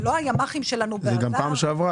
זה היה גם בפעם שעברה.